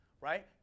right